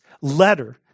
letter